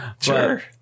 Sure